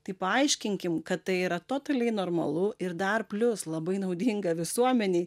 tai paaiškinkim kad tai yra totaliai normalu ir dar plius labai naudinga visuomenei